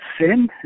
sin